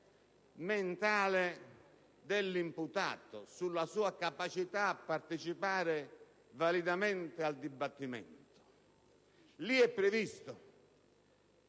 mentale dell'imputato, sulla sua capacità di partecipare validamente al dibattimento. In quel caso